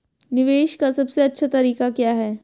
निवेश का सबसे अच्छा तरीका क्या है?